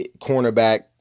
cornerback